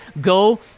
go